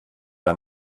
ein